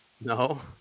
No